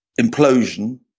implosion